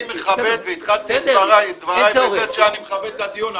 אני מכבד והתחלתי את דבריי בכך שאני מכבד את הדיון.